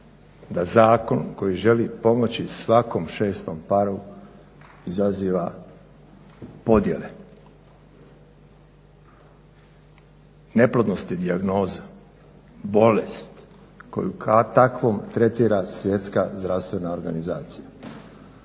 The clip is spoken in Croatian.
da zakon koji želi pomoći svakom šestom paru izaziva podjele. Neplodnost je dijagnoza, bolest koju kao takvom tretira Svjetska zdravstvena organizacija.